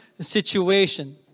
situation